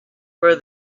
for